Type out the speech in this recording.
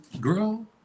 girl